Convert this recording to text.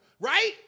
Right